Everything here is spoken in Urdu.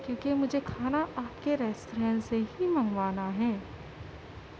کیونکہ مجھے کھانا آپ کے ریستورینٹ سے ہی منگوانا ہے